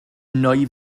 nwy